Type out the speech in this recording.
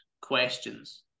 questions